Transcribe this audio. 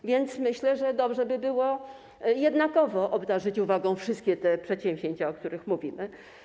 A więc myślę, że dobrze by było jednakowo obdarzyć uwagą wszystkie te przedsięwzięcia, o których mówimy.